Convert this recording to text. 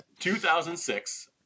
2006